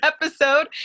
episode